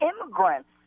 immigrants